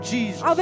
Jesus